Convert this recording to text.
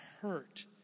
hurt